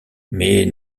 mais